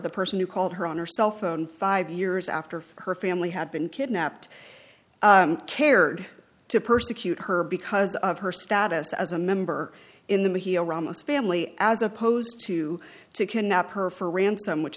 the person who called her on her cell phone five years after her family had been kidnapped cared to persecute her because of her status as a member in the mahela ramos family as opposed to to kidnap her for ransom which